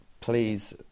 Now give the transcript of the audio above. please